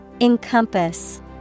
Encompass